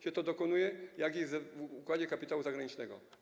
się dokonuje, jak i w układzie kapitału zagranicznego.